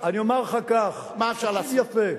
אני אומר לך כך, תקשיב יפה: